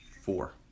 Four